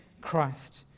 Christ